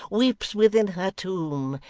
weeps within her tomb,